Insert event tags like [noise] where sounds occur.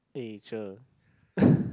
eh cher [laughs]